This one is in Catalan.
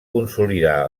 consolidar